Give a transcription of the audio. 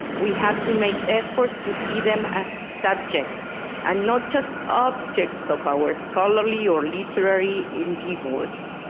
we have to make efforts to see them as subjects and not just objects of our scholarly or literary endeavors.